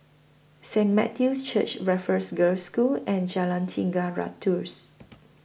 Saint Matthew's Church Raffles Girls' School and Jalan Tiga Ratus